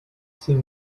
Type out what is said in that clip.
sin